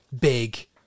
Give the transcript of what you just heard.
big